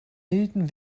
milden